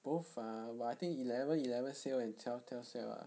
both ah but I think eleven eleven sale and twelve twelve sale are